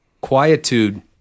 quietude